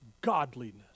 Godliness